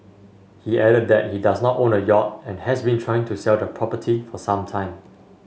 he added that he does not own a yacht and has been trying to sell the property for some time